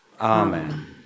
Amen